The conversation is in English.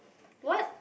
what